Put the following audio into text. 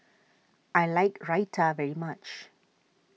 I like Raita very much